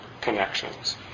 connections